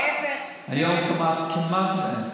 היום כמעט אין.